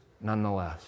nonetheless